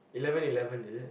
eleven eleven is it